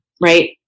right